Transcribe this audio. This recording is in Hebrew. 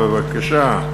בבקשה,